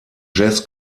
jazz